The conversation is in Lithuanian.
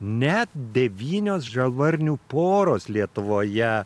net devynios žalvarnių poros lietuvoje